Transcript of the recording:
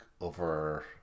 over